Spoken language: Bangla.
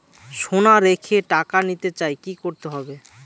সোনা রেখে টাকা নিতে চাই কি করতে হবে?